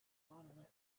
monolith